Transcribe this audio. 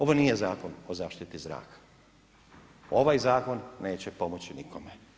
Ovo nije Zakon o zaštiti zraka, ovaj zakon neće pomoći nikome.